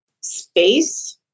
space